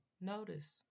notice